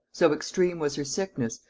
so extreme was her sickness,